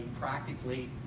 practically